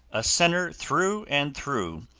a sinner through and through,